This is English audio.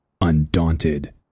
Undaunted